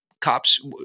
cops